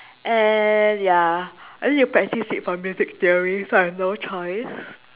and ya I need to practice it for music theory so I have no choice